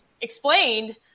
explained